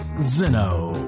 Zeno